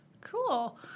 Cool